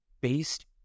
based